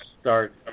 start